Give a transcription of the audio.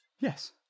Yes